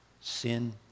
sin